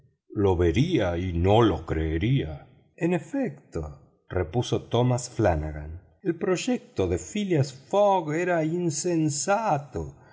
lo vería y no lo creería en efecto repuso tomás fianagan el proyecto de phileas fogg era insensato